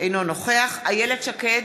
אינו נוכח איילת שקד,